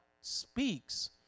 speaks